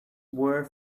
were